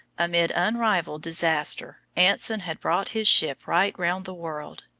amid unrivalled disaster anson had brought his ship right round the world,